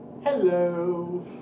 Hello